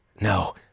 No